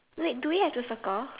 like do we have to circle